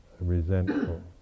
resentful